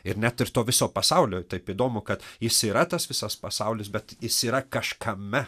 ir net ir to viso pasaulio taip įdomu kad jis yra tas visas pasaulis bet jis yra kažkame